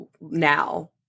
Now